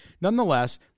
nonetheless